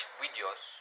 videos